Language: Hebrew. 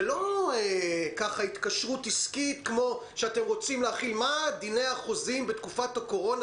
זה לא התקשרות עסקית כמו שאתם רוצים לדון בדיני החוזים בתקופת הקורונה,